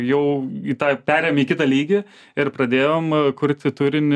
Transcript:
jau į tą perėjom į kitą lygį ir pradėjom kurti turinį